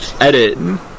edit